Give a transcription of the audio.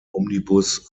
omnibus